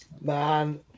Man